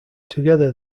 together